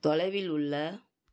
தொலைவில் உள்ள